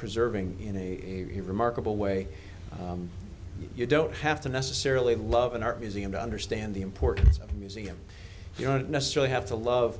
preserving in a remarkable way you don't have to necessarily love an art museum to understand the importance of a museum you don't necessarily have to love